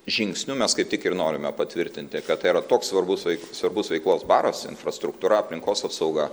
žingsniu mes kaip tik ir norime patvirtinti kad tai yra toks svarbus veik svarbus veiklos baras infrastruktūra aplinkos apsauga